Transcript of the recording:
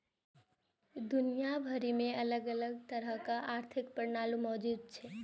दुनिया भरि मे अलग अलग तरहक आर्थिक प्रणाली मौजूद छै